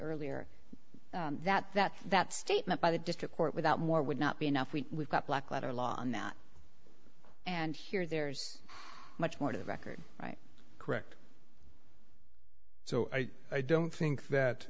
earlier that that that statement by the district court without more would not be enough we got black letter law on that and here there's much more to the record right correct so i don't think that